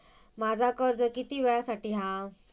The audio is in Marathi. माझा कर्ज किती वेळासाठी हा?